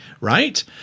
right